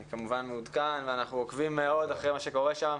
אני כמובן מעודכן ואנחנו עוקבים אחרי מה שקורה שם.